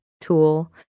Tool